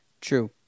True